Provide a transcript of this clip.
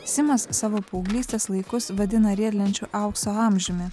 simas savo paauglystės laikus vadina riedlenčių aukso amžiumi